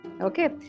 Okay